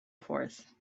forth